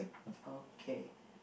okay